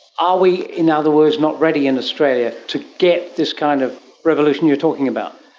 are we, in other words, not ready in australia to get this kind of revolution you are talking about?